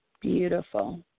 Beautiful